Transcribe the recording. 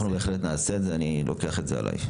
בהחלט נעשה את זה, אני לוקח את זה עלי.